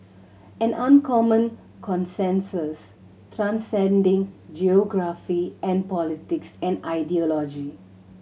an uncommon consensus transcending geography an politics and ideology